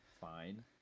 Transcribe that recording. fine